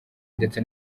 ndetse